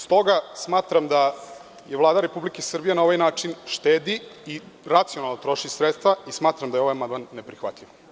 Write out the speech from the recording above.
Stoga, smatram da Vlada Republike Srbije na ovaj način štedi i racionalno troši sredstva i smatram da je ovaj amandman neprihvatljiv.